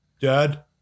Dad